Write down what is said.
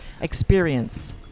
experience